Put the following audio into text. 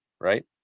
right